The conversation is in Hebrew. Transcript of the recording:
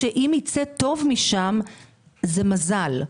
שאם יצא משהו טוב ממנו, זה יהיה רק בזכות מזל.